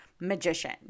magician